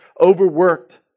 overworked